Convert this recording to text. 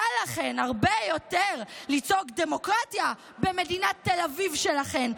קל לכן הרבה יותר לצעוק "דמוקרטיה" במדינת תל אביב שלכן,